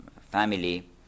family